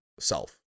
self